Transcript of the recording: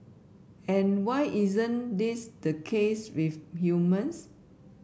and why isn't this the case with humans